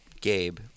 Gabe